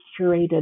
curated